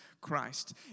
Christ